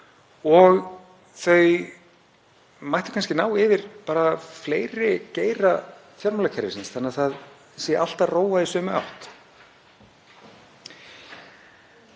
og þau mættu kannski ná yfir fleiri geira fjármálakerfisins þannig að það sé allt að róa í sömu átt.